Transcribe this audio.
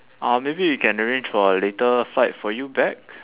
uh maybe we can arrange for a later flight for you back